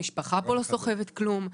המשפחה פה לא סוחבת כלום,